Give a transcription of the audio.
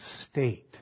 state